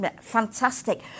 Fantastic